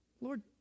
Lord